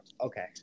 okay